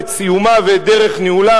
ואת סיומה ואת דרך ניהולה,